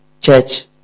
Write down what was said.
Church